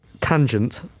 Tangent